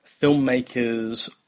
filmmakers